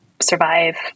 survive